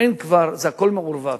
הכול מעורבב.